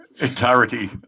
entirety